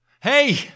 Hey